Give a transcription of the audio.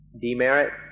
demerit